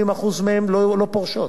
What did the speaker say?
80% מהן לא פורשות,